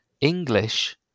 English